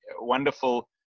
wonderful